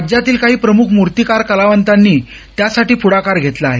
राज्यातील काही प्रमुख मूर्तिकार कलावंतांनी त्यासाठी पुढाकार घेतला आहे